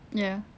ya